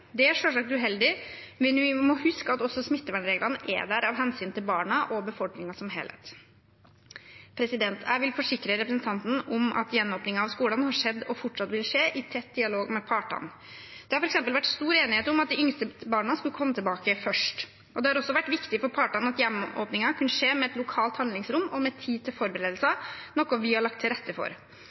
Det er selvsagt uheldig, men vi må huske at også smittevernreglene er der av hensyn til barna og befolkningen som helhet. Jeg kan forsikre representanten om at gjenåpningen av skolene har skjedd og fortsatt vil skje i tett dialog med partene. Det har f.eks. vært stor enighet om at de yngste barna skulle komme tilbake først. Det har også vært viktig for partene at gjenåpningen kunne skje med et lokalt handlingsrom og med tid til forberedelser, noe vi har lagt til rette for.